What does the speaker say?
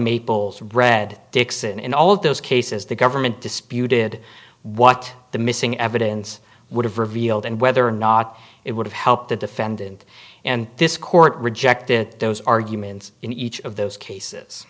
maples red dixon in all of those cases the government disputed what the missing evidence would have revealed and whether or not it would help the defendant and this court rejected those arguments in each of those cases